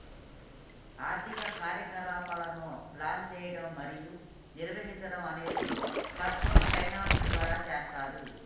ఆర్థిక కార్యకలాపాలను ప్లాన్ చేయడం మరియు నిర్వహించడం అనేది పర్సనల్ ఫైనాన్స్ ద్వారా చేస్తరు